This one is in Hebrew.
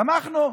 תמכנו.